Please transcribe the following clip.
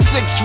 Six